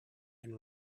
and